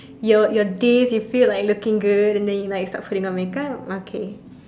your your days you feel like looking good then you like start putting on makeup okay